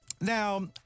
Now